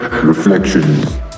Reflections